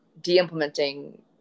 de-implementing